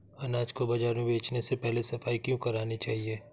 अनाज को बाजार में बेचने से पहले सफाई क्यो करानी चाहिए?